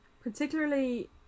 Particularly